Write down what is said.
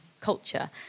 culture